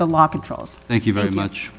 the law controls thank you very much